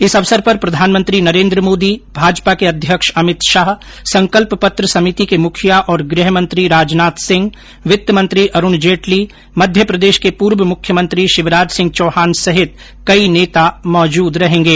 इस अवसर पर प्रधानमंत्री नरेन्द्र मोदी भाजपा के अध्यक्ष अमित शाह संकल्प पत्र समिति के मुखिया और गृह मंत्री राजनाथ सिंह वित्त मंत्री अरुण जेटली मध्यप्रदेश के पूर्व मुख्यमंत्री शिवराज सिंह चौहान सहित कई नेता मौजूद रहेंगे